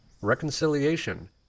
reconciliation